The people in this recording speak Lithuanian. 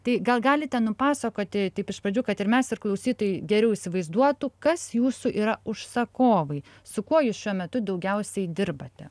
tai gal galite nupasakoti taip iš pradžių kad ir mes ir klausytojai geriau įsivaizduotų kas jūsų yra užsakovai su kuo jūs šiuo metu daugiausiai dirbate